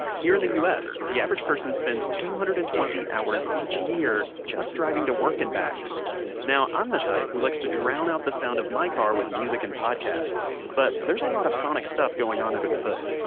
here in the us, the average person spends two hundred and twenty hours each year, just driving to work and back now, i'm the type who likes to drown out the sounds of my car with music and podcasts. but there's a lot of sonic stuff going on under the hood.